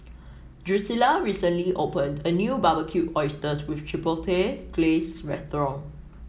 Drucilla recently opened a new Barbecued Oysters with Chipotle Glaze restaurant